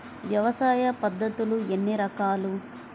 వ్యవసాయ పద్ధతులు ఎన్ని రకాలు?